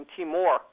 Timor